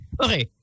Okay